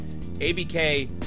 ABK